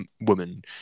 woman